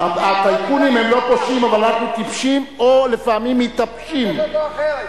או לפעמים מתאפקים.